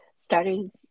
starting